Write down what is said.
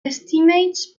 estimates